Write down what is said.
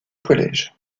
collège